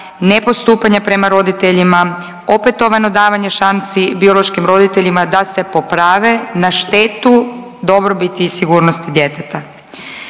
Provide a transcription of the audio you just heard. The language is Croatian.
nepostupanja prema roditeljima, opetovano davanje šansi biološkim roditeljima da se poprave na štetu dobrobiti i sigurnosti djeteta.